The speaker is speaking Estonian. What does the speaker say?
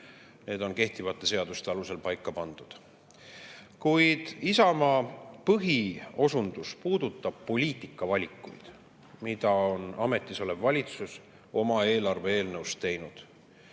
kulud] on kehtivate seaduste alusel paika pandud. Kuid Isamaa põhiosundus puudutab poliitikavalikuid, mida ametis olev valitsus on eelarve eelnõus teinud,